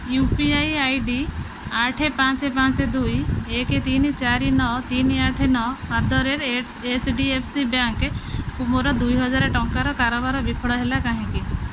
you P I I D ଆଠେ ପାଞ୍ଚେ ପାଞ୍ଚେ ଦୁଇ ଏକେ ତିନି ଚାରି ନଅ ତିନି ଆଠ ନଅ at the rate H D F C ବ୍ୟାଙ୍କକୁ ମୋର ଦୁଇହଜାର ଟଙ୍କାର କାରବାର ବିଫଳ ହେଲା କାହିଁକି